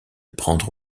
prendre